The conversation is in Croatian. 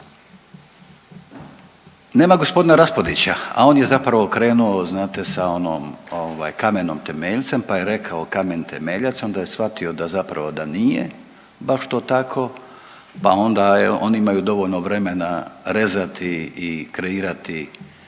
Nema g. Raspudića, a on je zapravo krenuo znate sa onom kamenom temeljcem, pa je rekao kamen temeljac, onda je shvatio da zapravo da nije baš to tako pa onda je, on je imao dovoljno vremena rezati i kreirati